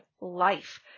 life